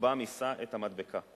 רכבם יישא את המדבקה.